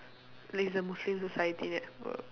that is a muslim society network